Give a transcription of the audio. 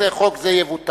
תגיד חוק זה יבוטל,